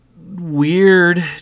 weird